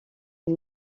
une